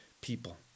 people